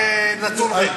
זה נתון ריק.